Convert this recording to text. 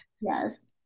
Yes